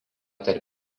tarp